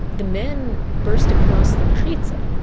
the men burst across the mechitzah.